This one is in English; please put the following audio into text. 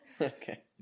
Okay